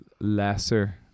lesser